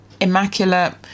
immaculate